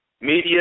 Media